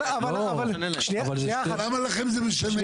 אבל שנייה אחת למה לכם זה משנה?